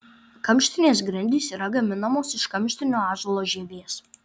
kamštinės grindys yra gaminamos iš kamštinio ąžuolo žievės